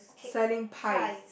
selling pies